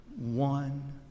one